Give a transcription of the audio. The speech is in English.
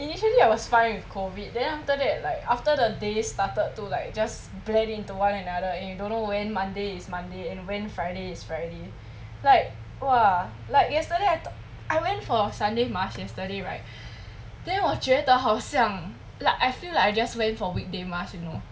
initially I was fine with COVID then after that like after the days started to like just blend into one another and you don't know when monday is monday and when friday is friday like !wah! like yesterday I t~ went for sunday mass yesterday right then 我觉得好像 like I feel like I just went for weekday mass you know